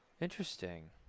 interesting